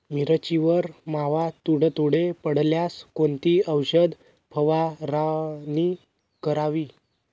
मिरचीवर मावा, तुडतुडे पडल्यास कोणती औषध फवारणी करावी?